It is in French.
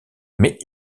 mais